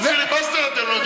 אפילו פיליבסטר אתם לא יודעים